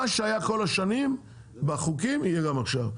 מה שהיה כל השנים בחוקים יהיה גם עכשיו,